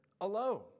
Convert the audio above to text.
alone